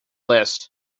list